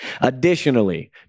Additionally